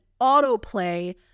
autoplay